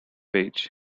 page